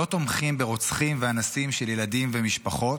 לא תומכים ברוצחים ואנסים של ילדים ומשפחות,